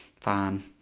fine